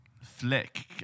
Flick